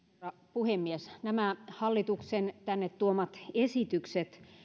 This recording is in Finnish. puhemies nämä hallituksen tänne tuomat esitykset